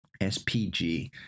SPG